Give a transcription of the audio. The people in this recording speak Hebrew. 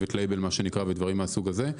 מה שנקרא Private Label ודברים מהסוג הזה,